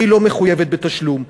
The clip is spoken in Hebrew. והיא לא מחויבת בתשלום.